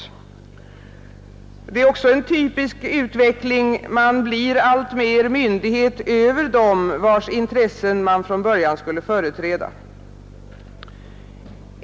Det är också en typisk utveckling. Man blir alltmer myndighet över dem vilkas intressen man från början skulle företräda.